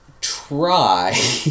try